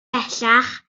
bellach